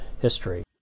history